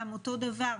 גם אותו דבר,